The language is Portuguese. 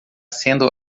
sendo